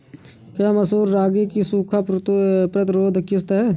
क्या मसूर रागी की सूखा प्रतिरोध किश्त है?